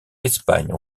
espagne